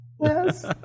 Yes